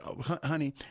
honey